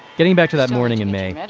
getting back to that morning in may,